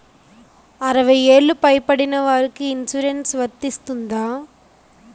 అరవై ఏళ్లు పై పడిన వారికి ఇన్సురెన్స్ వర్తిస్తుందా?